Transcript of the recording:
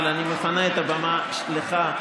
ואני מפנה את הבמה לך,